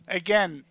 again